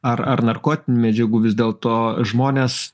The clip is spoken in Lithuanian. ar ar narkotinių medžiagų vis dėlto žmonės